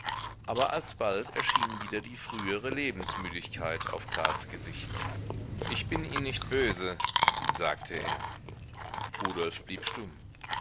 aber alsbald erschien wieder die frühere lebensmüdigkeit auf karls gesicht ich bin ihnen nicht böse sagte er rudolf blieb stumm